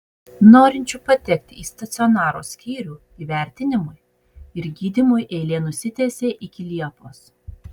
norinčių patekti į stacionaro skyrių įvertinimui ir gydymui eilė nusitęsė iki liepos